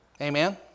Amen